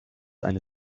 eine